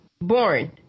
Born